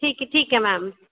ठीक ठीक ऐ मैम